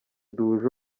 duhuje